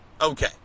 okay